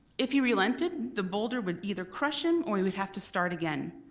if he relented the boulder would either crush him or he would have to start again.